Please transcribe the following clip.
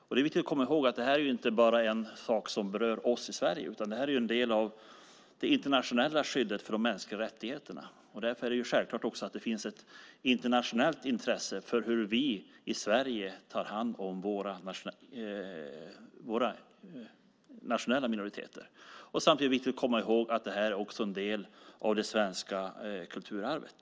Det är viktigt att komma ihåg att det här inte är en sak som bara berör oss i Sverige, utan en del av det internationella skyddet av de mänskliga rättigheterna. Därför är det också självklart att det finns ett internationellt intresse för hur vi i Sverige tar hand om våra nationella minoriteter. Samtidigt är det viktigt att komma ihåg att detta är en del av det svenska kulturarvet.